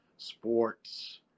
Sports